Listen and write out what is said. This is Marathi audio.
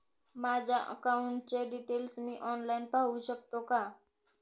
माझ्या अकाउंटचे डिटेल्स मी ऑनलाईन पाहू शकतो का?